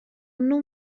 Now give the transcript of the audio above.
non